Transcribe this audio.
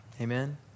Amen